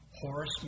Horace